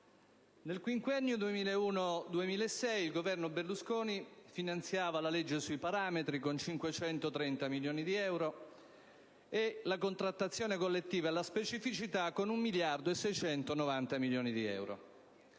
Nel quinquennio 2001-2006 il Governo Berlusconi finanziava la legge sui parametri con 530 milioni di euro e la contrattazione collettiva e la specificità con 1 miliardo e 690 milioni di euro.